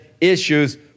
issues